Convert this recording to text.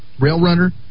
railrunner